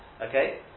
Okay